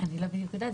אני לא בדיוק יודעת,